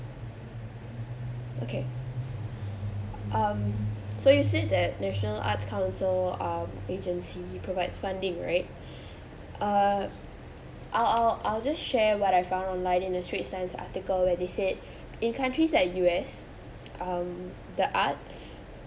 okay um so you said that national arts council um agency provides funding right uh I'll I'll I'll just share what I found online in a straits times article where they said in countries like U_S um the arts